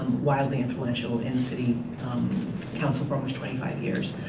widely influential in city council for almost twenty five years.